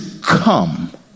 come